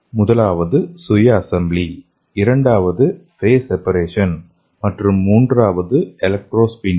முதலாவது சுய அசெம்பிளி இரண்டாவது ஃபேஸ் செபரேஷன் மற்றும் மூன்றாவது எலக்ட்ரோ ஸ்பின்னிங்